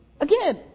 again